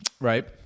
right